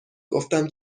گفتم